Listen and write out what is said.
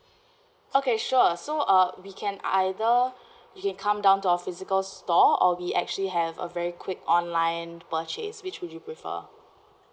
okay sure so uh we can either you can come down to our physical store or we actually have a very quick online purchase which would you prefer